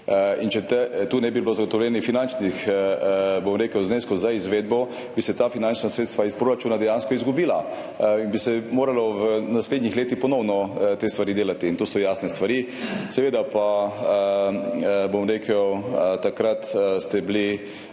in če tu ne bi bilo zagotovljenih finančnih zneskov za izvedbo, bi se ta finančna sredstva iz proračuna dejansko izgubila in bi se moralo v naslednjih letih ponovno te stvari delati. To so jasne stvari. Seveda pa, bom rekel, ste bili